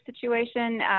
situation